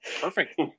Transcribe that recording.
Perfect